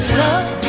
love